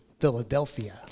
Philadelphia